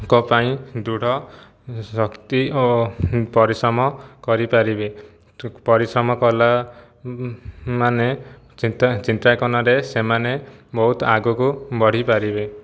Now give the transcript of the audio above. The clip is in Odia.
ଙ୍କ ପାଇଁ ଦୃଢ଼ ଶକ୍ତି ଓ ପରିଶ୍ରମ କରିପାରିବେ ଠିକ୍ ପରିଶ୍ରମ କଲା ମାନେ ଚିତ୍ର ଚିତ୍ରାଙ୍କନରେ ସେମାନେ ବହୁତ ଆଗକୁ ବଢ଼ିପାରିବେ